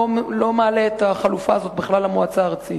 לא מעלה את החלופה הזאת בכלל למועצה הארצית.